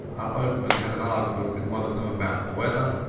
our boatman had an argument with one of them about the weather,